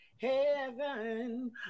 heaven